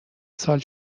سال